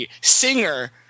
singer